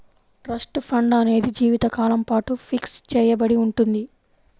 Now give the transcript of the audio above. trust fund అనేది జీవితకాలం పాటు ఫిక్స్ చెయ్యబడి ఉంటుంది